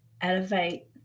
elevate